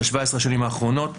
ב-17 השנים האחרונות